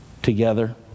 together